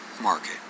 market